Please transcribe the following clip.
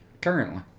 Currently